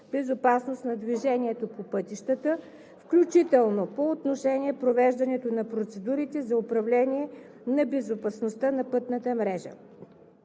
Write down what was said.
на движението по пътищата“, включително по отношение провеждането на процедурите за управление на безопасността на пътната мрежа.